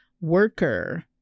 worker